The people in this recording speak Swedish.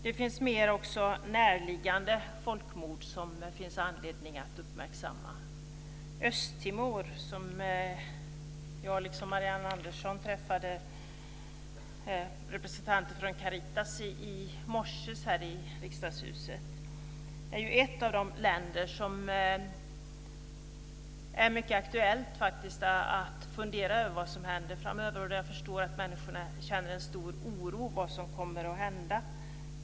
Det finns också fler närliggande folkmord som det finns anledning att uppmärksamma. När det gäller Östtimor träffade jag, liksom Marianne Andersson, representanter från Caritas i morse här i riksdagshuset. Det är faktiskt mycket aktuellt att fundera över vad som händer där framöver. Jag förstår att människorna där känner en stor oro över vad som kommer att hända.